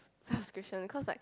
subscription cause like